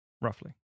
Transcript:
Roughly